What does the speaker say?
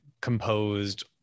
composed